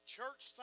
Church